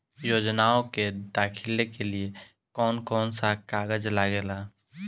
योजनाओ के दाखिले के लिए कौउन कौउन सा कागज लगेला?